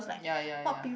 ya ya ya